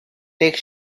take